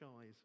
eyes